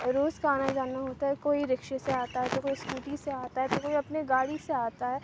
روز کا آنا جانا ہوتا ہے کوئی رکشے سے آتا ہے تو کوئی اسکوٹی سے آتا ہے تو کوئی اپنے گاڑی سے آتا ہے